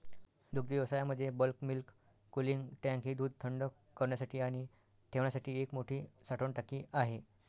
दुग्धव्यवसायामध्ये bulk milk cooling tank ही दूध थंड करण्यासाठी आणि ठेवण्यासाठी एक मोठी साठवण टाकी आहे